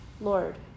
Lord